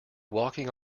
walking